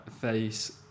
face